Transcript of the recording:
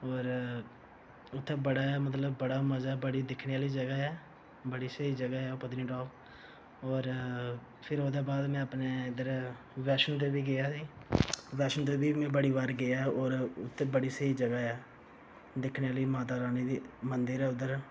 होर उत्थे बड़ा मतलब बड़ा मजा बड़ी दिक्खने आह्ली जगह ऐ बड़ी स्हेई जगह ऐ पत्नीटॉप होर फिर ओह्दे बाद मैं अपने इद्धर वैश्णो देवी गेआ ते वैश्णो देवी बी मैं बड़ी बार गेआ होर उद्धर बड़ी स्हेई जगह ऐ दिक्खने आह्ली माता रानी दी मंदिर ऐ उद्धर